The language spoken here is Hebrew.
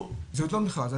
זה עוד לא מכרז.